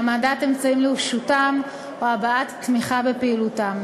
העמדת אמצעים לרשותם או הבעת תמיכה בפעילותם,